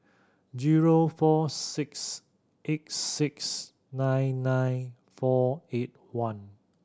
zero four six eight six nine nine four eight one